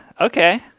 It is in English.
okay